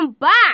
back